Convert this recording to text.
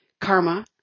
Karma